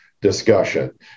discussion